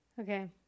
Okay